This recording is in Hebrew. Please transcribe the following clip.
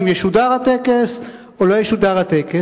אם ישודר הטקס או לא ישודר הטקס.